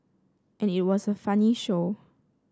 and it was a funny show